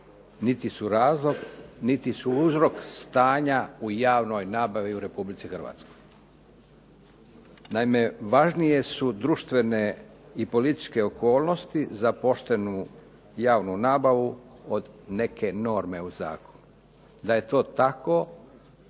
niti su razlog niti su uzrok stanja u javnoj nabavi u Republici Hrvatskoj. Naime, važnije su društvene i političke okolnosti za poštenu javnu nabavu od neke norme u Zakonu, da je to tako